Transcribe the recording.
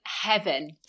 heaven